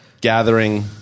gathering